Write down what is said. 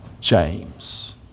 James